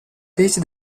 tesi